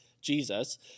Jesus